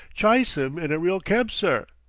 chyse em in a real kebsir,